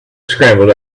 scrambled